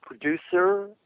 producer